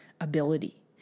ability